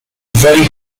very